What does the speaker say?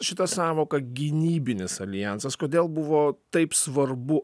šitą sąvoką gynybinis aljansas kodėl buvo taip svarbu